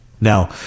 Now